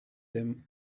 them